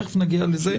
תיכף נגיע לזה.